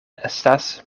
estas